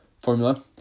formula